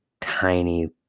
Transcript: tiny